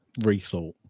rethought